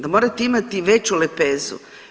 Da morate imati veću lepezu.